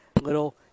little